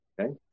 Okay